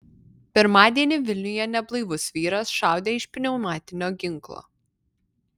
pirmadienį vilniuje neblaivus vyras šaudė iš pneumatinio ginklo